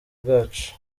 bwacu